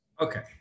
Okay